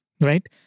right